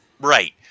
Right